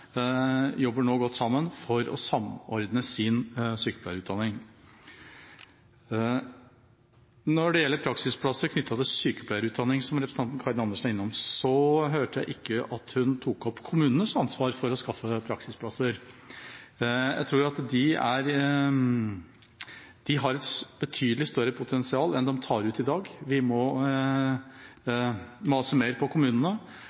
jobber nå nye NTNU, som har sykepleierutdanning i både Gjøvik, Ålesund og Trondheim, godt for å samordne sin sykepleierutdanning. Når det gjelder praksisplasser knyttet til sykepleierutdanning, som representanten Karin Andersen var innom, hørte jeg ikke at hun tok opp kommunenes ansvar for å skaffe praksisplasser. Jeg tror at de har et betydelig større potensial enn det de tar ut i dag. Vi må mase mer på kommunene.